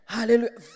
Hallelujah